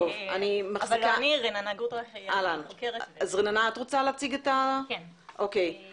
אנו שוקדים על כתיבת מסמך מקיף בנושא אכיפת חוק צער בעלי חיים.